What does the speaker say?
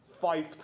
five